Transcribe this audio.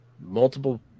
multiple